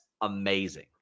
amazing